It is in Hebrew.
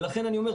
ולכן אני אומר,